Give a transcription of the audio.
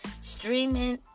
streaming